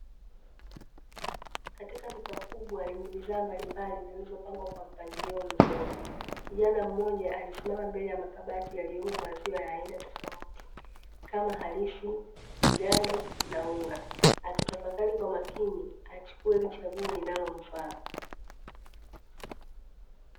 Katika duka kubwa lenye bidhaa mbalimbali zilizopangwa kwa mpangilio mzuri. Kijana mmoja alisimama mbele ya makabati yaliyomo maziwa ya aina tofauti kama halisi, mgando na unga, akitafakali kwa makini achukue chaguo linalomfaa.